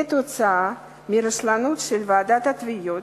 כתוצאה מרשלנות של ועידת התביעות,